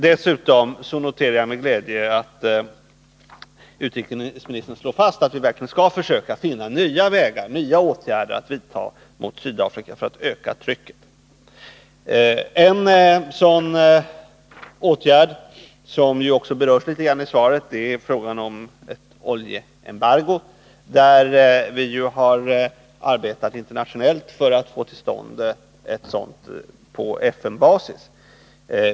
Dessutom noterar jag med glädje att utrikesministern slår fast att vi verkligen skall försöka finna nya åtgärder att vidta mot Sydafrika för att öka trycket. En sådan åtgärd, som ju också berörs litet grand i svaret, är frågan om ett oljeembargo. Sverige har ju arbetat internationellt för att få till stånd ett sådant på FN-basis.